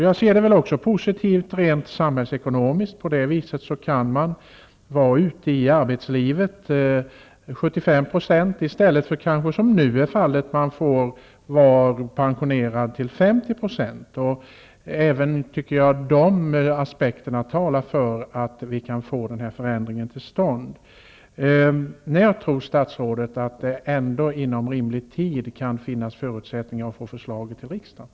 Jag ser detta som positivt också rent samhällsekonomiskt. På detta vis kan människor vara ute i arbetslivet till 75 % i stället för som kanske nu är fallet vara pensionerade till 50 %. Även dessa aspekter talar för att vi bör få till stånd denna förändring. Tror statsrådet att det kan finnas förutsättningar för att riksdagen får ett förslag inom rimligt tid, och i så fall när?